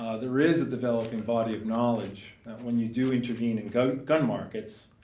ah there is a developing body of knowledge that when you do intervene in gun gun markets,